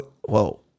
Whoa